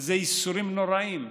שזה ייסורים נוראיים,